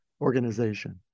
organization